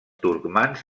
turcmans